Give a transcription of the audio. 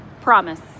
Promise